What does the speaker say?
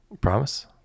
Promise